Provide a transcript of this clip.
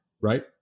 right